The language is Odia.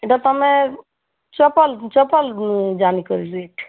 ଏଇଟା ତୁମେ ଚପଲ୍ ଚପଲ୍ ଯାନି କରି ରେଟ୍